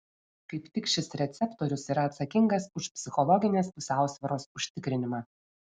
kaip tik šis receptorius yra atsakingas už psichologinės pusiausvyros užtikrinimą